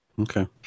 Okay